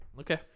Okay